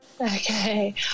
Okay